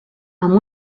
amb